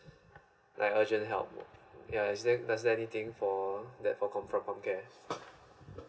like urgent help yeah is there's does anything for that for ComCare